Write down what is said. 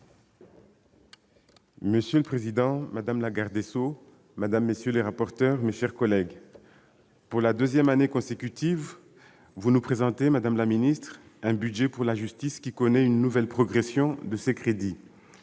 Monsieur le président, madame la garde des sceaux, madame, messieurs les rapporteurs, mes chers collègues, pour la deuxième année consécutive, vous nous présentez, madame la ministre, un budget pour la justice qui connaît une nouvelle progression de ses crédits.